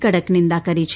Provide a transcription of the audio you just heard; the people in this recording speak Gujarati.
કડક નિંદા કરી છે